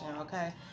okay